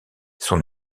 son